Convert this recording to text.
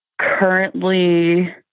currently